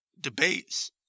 debates